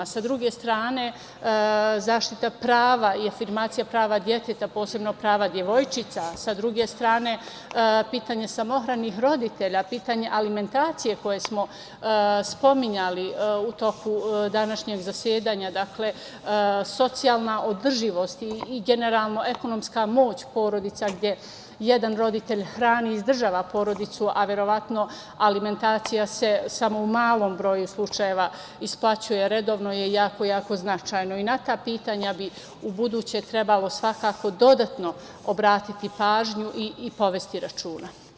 Sa druge strane zaštita prava i afirmacija prava deteta, posebno prava devojčica, sa druge strane, pitanje samohranih roditelja, pitanje alimentacije koje smo spominjali u toku današnjeg zasedanja, dakle, socijalna održivost i generalno ekonomska moć porodica gde jedan roditelj hrani i izdržava porodicu, a verovatno alimentacija se samo u malom broju slučajeva isplaćuje redovno je jako jako značajno i na ta pitanja bi u buduće trebalo svakako dodatno obratiti pažnju i povesti računa.